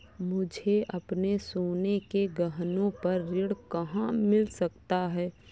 मुझे अपने सोने के गहनों पर ऋण कहाँ मिल सकता है?